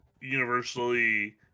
universally